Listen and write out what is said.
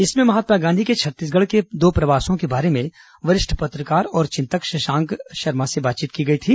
इसमें महात्मा गांधी के छत्तीसगढ़ के दो प्रवासों के बारे में वरिष्ठ पत्रकार और चिंतक शशांक शर्मा से बातचीत की गई थी